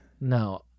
No